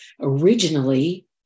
originally